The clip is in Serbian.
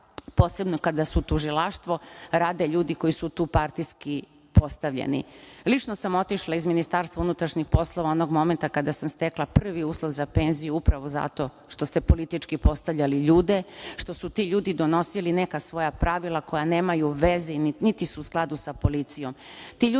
posebno kada je tužilaštvo u pitanju, rade ljudi koji su tu partijski postavljeni. Lično sam otišla iz Ministarstva unutrašnjih poslova onog momenta kada sam stekla prvi uslov za penziju upravo zato što ste politički postavljali ljude, što su ti ljudi donosili neka svoja pravila koja nemaju veze niti su u skladu sa policijom. Ti